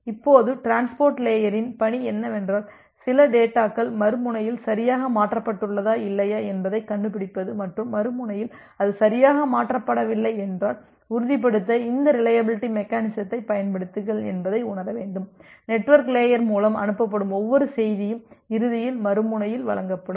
இப்போது டிரான்ஸ்போர்ட் லேயரின் பணி என்னவென்றால் சில டேட்டாகள் மறுமுனையில் சரியாக மாற்றப்பட்டுள்ளதா இல்லையா என்பதைக் கண்டுபிடிப்பது மற்றும் மறுமுனையில் அது சரியாக மாற்றப்படவில்லை என்றால் உறுதிப்படுத்த இந்த ரிலையபிலிட்டி மெக்கெனிசத்தை பயன்படுத்துங்கள் என்பதை உணர வேண்டும் நெட்வொர்க் லேயர் மூலம் அனுப்பப்படும் ஒவ்வொரு செய்தியும் இறுதியில் மறுமுனையில் வழங்கப்படும்